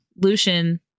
Lucian